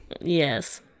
Yes